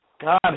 God